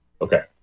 Okay